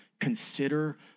consider